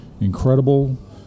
incredible